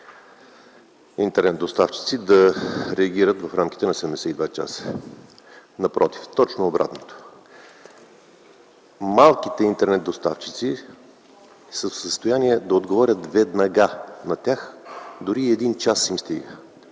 интернет-доставчици да реагират в рамките на 72 часа. Напротив, точно обратното. Малките интернет-доставчици са в състояние да отговорят веднага. На тях дори един час им стига.